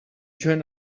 join